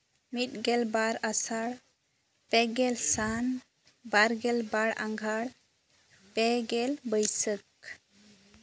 ᱢᱤᱫᱜᱮᱞ ᱵᱟᱨ ᱟᱥᱟᱲ ᱯᱮᱜᱮᱞ ᱥᱟᱱ ᱵᱟᱨᱜᱮᱞ ᱵᱟᱨ ᱟᱜᱷᱟᱬ ᱯᱮᱜᱮᱞ ᱵᱟᱹᱭᱥᱟᱹᱠ